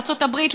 לארצות הברית,